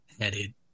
headed